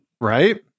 Right